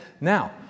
Now